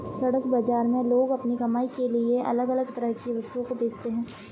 सड़क बाजार में लोग अपनी कमाई के लिए अलग अलग तरह की वस्तुओं को बेचते है